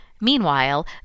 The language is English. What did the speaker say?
Meanwhile